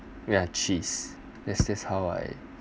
ya cheese that's that's how I